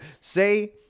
Say—